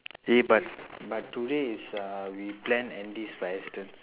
eh but but today is uh we plan andy's